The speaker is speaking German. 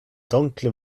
dunkle